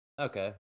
okay